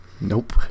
Nope